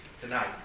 tonight